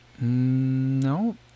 no